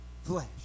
flesh